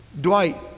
Dwight